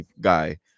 guy